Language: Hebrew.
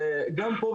וגם פה,